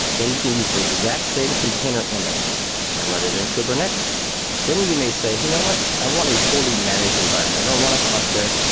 then you can use the exact same container image and write it in kubernetes then you may say, you know what? i want a fully managed environment. i don't want a cluster.